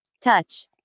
Touch